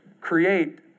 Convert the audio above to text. create